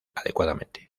adecuadamente